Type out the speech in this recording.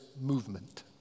movement